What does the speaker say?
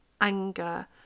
anger